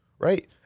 Right